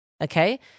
Okay